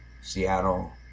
Seattle